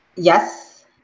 Yes